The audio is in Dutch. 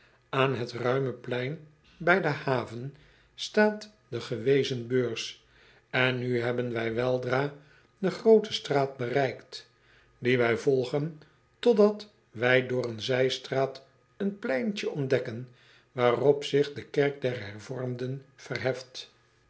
an het ruime plein bij de haven staat de gewezen beurs en nu hebben wij weldra de groote straat bereikt die wij volgen totdat wij door een zijstraat een pleintje ontdekken waarop zich de kerk der ervormden verheft